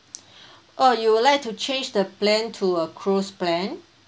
oh you would like to change the plan to a cruise plan